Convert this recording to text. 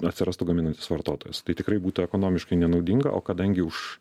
atsirastų gaminantis vartotojas tai tikrai būtų ekonomiškai nenaudinga o kadangi už